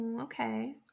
Okay